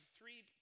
three